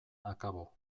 akabo